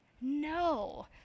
No